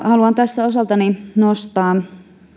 haluan tässä osaltani nostaa